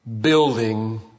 building